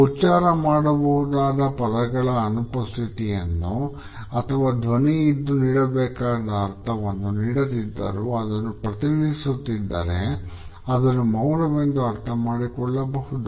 ಉಚ್ಚಾರ ಮಾಡಬಹುದಾದ ಪದಗಳ ಅನುಪಸ್ಥಿತಿಯನ್ನು ಅಥವಾ ಧ್ವನಿ ಇದ್ದು ನೀಡಬೇಕಾದ ಅರ್ಥವನ್ನು ನೀಡದಿದ್ದರೂ ಅದನ್ನು ಪ್ರತಿಧ್ವನಿಸುತ್ತಿದ್ದರೆ ಅದನ್ನು ಮೌನವೆಂದು ಅರ್ಥಮಾಡಿಕೊಳ್ಳಬಹುದು